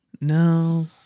No